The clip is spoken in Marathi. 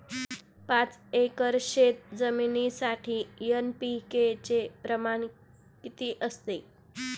पाच एकर शेतजमिनीसाठी एन.पी.के चे प्रमाण किती असते?